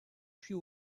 puis